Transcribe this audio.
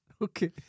okay